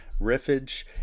riffage